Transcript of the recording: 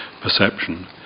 perception